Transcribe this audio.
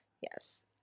Yes